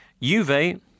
Juve